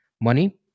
money